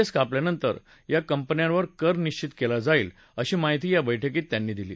S कापल्यानंतर या कंपन्यावर कर निश्वित क्विा जाईल अशी माहिती या बैठकीत त्यांनी दिली